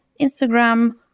Instagram